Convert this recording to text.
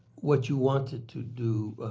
what you want it to do,